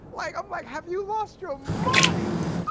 like i'm like, have you lost your ah mind?